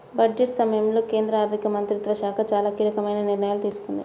budget సమయంలో కేంద్ర ఆర్థిక మంత్రిత్వ శాఖ చాలా కీలకమైన నిర్ణయాలు తీసుకుంది